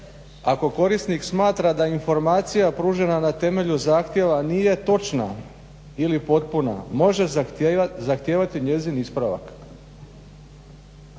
ako korisnik smatra da informacija pružena na temelju zahtjeva nije točna ili potpuna može zahtijevati njezin ispravak.